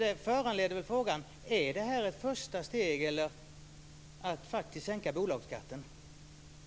Det föranleder frågan: Är det här ett första steg mot att faktiskt sänka bolagsskatten?